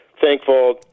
thankful